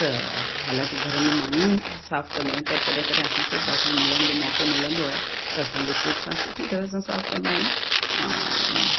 त हालाकी घर में माइयूं ई साफ़ कंदियूं आहिनि पर कॾहिं कॾहिं असांखे बि बासण मलण जो मौको मिलंदो आहे त असां लिक्विड सां सुठी तरह सां साफ़ कंदा आहियूं